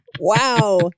Wow